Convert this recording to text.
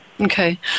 Okay